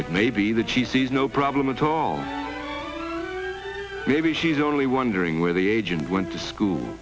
it may be the chief sees no problem at all maybe she's only wondering where the agent went to school